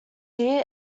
year